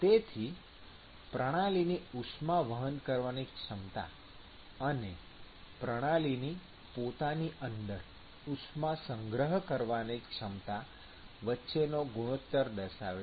તેથી તે પ્રણાલીની ઉષ્મા વહન કરવાની ક્ષમતા અને પ્રણાલીની પોતાની અંદર ઉષ્મા સંગ્રહિત કરવાની ક્ષમતા વચ્ચેનો ગુણોત્તર દર્શાવે છે